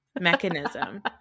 mechanism